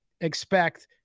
expect